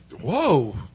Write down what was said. Whoa